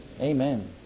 amen